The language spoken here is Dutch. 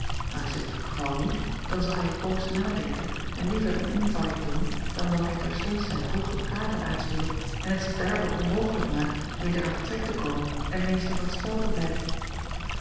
maar is dit het geval niet dan zal hij een poos nadenken en liever een invite doen dan dat hij terstond zijn hooge kaarten uitspeelt en het zich daardoor onmogelijk maakt weder aan den trek te komen en meester van t spel te blijven